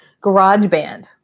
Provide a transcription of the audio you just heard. GarageBand